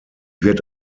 wird